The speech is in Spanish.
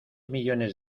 millones